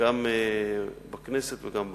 גם בכנסת וגם בממשלה.